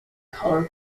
color